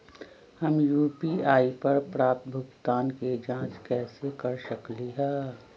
हम यू.पी.आई पर प्राप्त भुगतान के जाँच कैसे कर सकली ह?